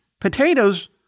Potatoes